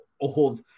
old